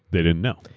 they didn't know.